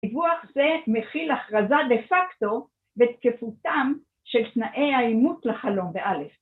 ‫דיווח זה מכיל הכרזה דה-פקטו ‫בתקפותם של תנאי האימות לחלום, באלף.